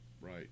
right